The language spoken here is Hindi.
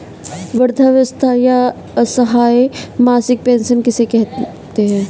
वृद्धावस्था या असहाय मासिक पेंशन किसे नहीं मिलती है?